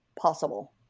possible